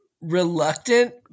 reluctant